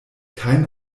kein